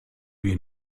wir